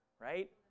right